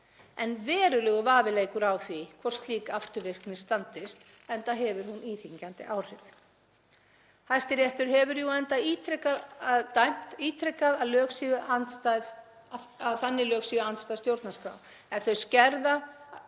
en verulegur vafi leikur á því hvort slík afturvirkni standist enda hefur hún íþyngjandi áhrif. Hæstiréttur hefur enda dæmt ítrekað að þannig lög séu andstæð stjórnarskrá ef þau skerða